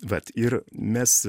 vat ir mes